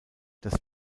das